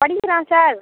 படிக்கிறான் சார்